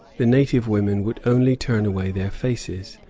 the native women would only turn away their faces,